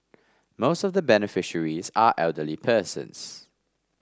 most of the beneficiaries are elderly persons